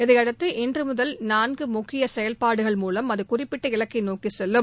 இதையடுத்து இன்று முதல் நான்கு முக்கிய செயல்பாடுகள் மூவம் அது குறிப்பிட்ட இலக்கை நோக்கி செல்லும்